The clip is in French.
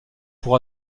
pour